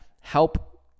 help